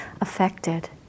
affected